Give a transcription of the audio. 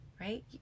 right